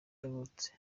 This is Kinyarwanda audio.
yavutse